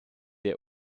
der